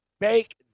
Make